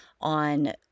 on